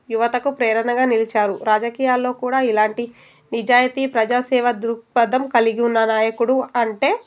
యువతకు ప్రేరణగా నిలిచారు రాజకీయాల్లో కూడా ఇలాంటి నిజాయితీ ప్రజాసేవ దృక్పథం కలిగి ఉన్న నాయకుడు అంటే